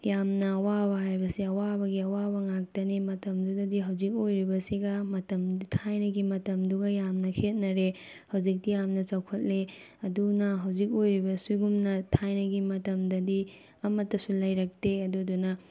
ꯌꯥꯝꯅ ꯋꯥꯕ ꯍꯥꯏꯕꯁꯦ ꯑꯋꯥꯕꯒꯤ ꯑꯋꯥꯕ ꯉꯥꯛꯇꯅꯤ ꯃꯇꯝꯗꯨꯗꯗꯤ ꯍꯧꯖꯤꯛ ꯑꯣꯏꯔꯤꯕꯁꯤꯒ ꯃꯇꯝ ꯊꯥꯏꯅꯒꯤ ꯃꯇꯝꯗꯨꯒ ꯌꯥꯝꯅ ꯈꯦꯠꯅꯔꯦ ꯍꯧꯖꯤꯛꯇꯤ ꯌꯥꯝꯅ ꯆꯥꯎꯈꯠꯂꯦ ꯑꯗꯨꯅ ꯍꯧꯖꯤꯛ ꯑꯣꯏꯔꯤꯕ ꯁꯤꯒꯨꯝꯅ ꯊꯥꯏꯅꯒꯤ ꯃꯇꯝꯗꯗꯤ ꯑꯃꯠꯇꯁꯨ ꯂꯩꯔꯛꯇꯦ ꯑꯗꯨꯗꯨꯅ